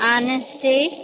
Honesty